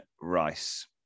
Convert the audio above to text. Rice